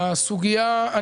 הסוגייה,